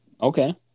Okay